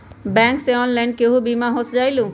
Bank से online केहु बिमा हो जाईलु?